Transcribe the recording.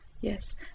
yes